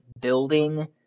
building